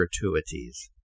gratuities